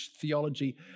theology